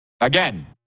again